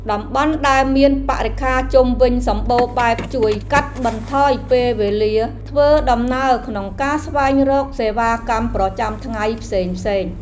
តំបន់ដែលមានបរិក្ខារជុំវិញសម្បូរបែបជួយកាត់បន្ថយពេលវេលាធ្វើដំណើរក្នុងការស្វែងរកសេវាកម្មប្រចាំថ្ងៃផ្សេងៗ។